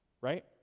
Right